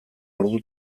ordu